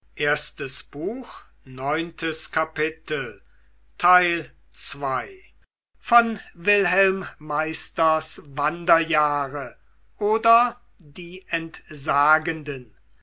goethe wilhelm meisters wanderjahre oder die entsagenden